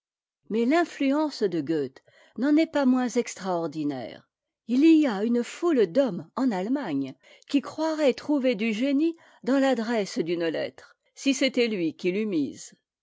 mais l'influence de goethe n'en est pas moins extraordinaire h y a une foule d'hommes en allemagne qui croiraient trouver du génie dans l'adresse d'une lettre si c'était lui qui l'eût mise